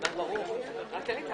ננעלה